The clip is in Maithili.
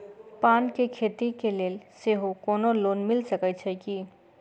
पान केँ खेती केँ लेल सेहो कोनो लोन मिल सकै छी की?